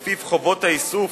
שלפיו חובות האיסוף